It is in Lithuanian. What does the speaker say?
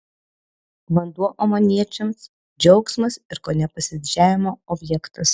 vanduo omaniečiams džiaugsmas ir kone pasididžiavimo objektas